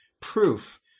proof